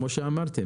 כמו שאמרתם,